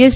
S